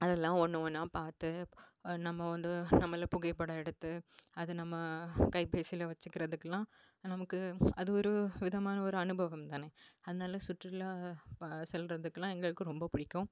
அதெல்லாம் ஒன்று ஒன்றா பார்த்து நம்ம வந்து நம்மளை புகைப்படம் எடுத்து அது நம்ம கைபேசியில வச்சிக்கிறதுக்கெலாம் நமக்கு அது ஒரு விதமான ஒரு அனுபவம் தானே அதனால சுற்றுலா ப செல்கிறதுக்குலாம் எங்களுக்கு ரொம்ப பிடிக்கும்